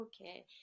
okay